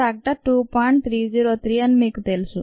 303 అని మీకు తెలుసు